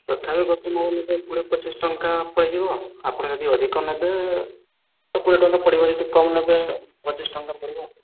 ତଥାପି ବର୍ତ୍ତମାନ ଗୋଟେ କୋଡ଼ିଏ ପଚିଶ ଟଙ୍କା ପଡ଼ିଯିବ ଆପଣ ଯଦି ଅଧିକ ନେବେ କୋଡ଼ିଏ ଟଙ୍କା ପଡ଼ିବ ଯଦି କମ୍ ନେବେ ପଚିଶ ଟଙ୍କା ପଡ଼ିବ ଆଉ